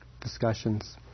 discussions